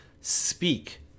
speak